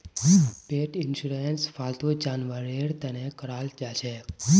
पेट insurance फालतू जानवरेर तने कराल जाछेक